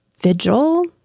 vigil